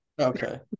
Okay